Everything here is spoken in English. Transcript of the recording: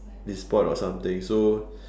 it's spoilt or something so